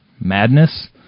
madness